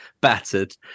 battered